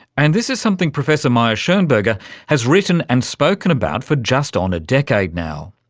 and this is something professor mayer-schonberger has written and spoken about for just on a decade now.